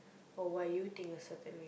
or why you a think certain